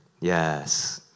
Yes